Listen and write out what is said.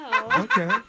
Okay